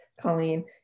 Colleen